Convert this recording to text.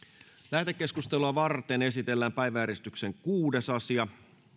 lähetekeskustelua varten esitellään päiväjärjestyksen kuudes asia